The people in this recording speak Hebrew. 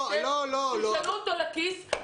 שלשלו אותו לכיס,